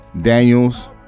Daniels